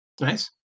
Nice